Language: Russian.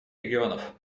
регионов